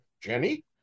Jenny